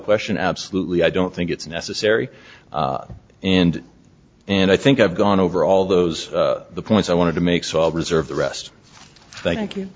question absolutely i don't think it's necessary and and i think i've gone over all those the points i wanted to make saul reserve the rest thank